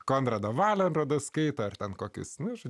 konradą valenrodą skaito ar ten kokius mūsų